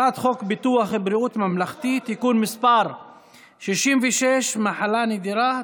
הצעת חוק ביטוח בריאות ממלכתי (תיקון מס' 66) (מחלה נדירה),